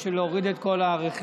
כדי שנוריד את כל הרכילויות.